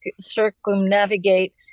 circumnavigate